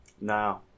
No